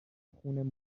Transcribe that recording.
خون